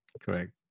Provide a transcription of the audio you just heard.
Correct